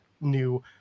new